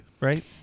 right